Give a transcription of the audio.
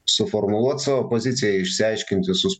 suformuluot savo poziciją išsiaiškint visus